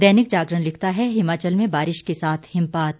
दैनिक जागरण लिखता है हिमाचल में बारिश के साथ हिमपात